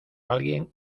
alguien